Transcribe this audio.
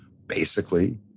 basically,